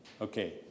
okay